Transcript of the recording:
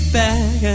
back